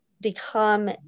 become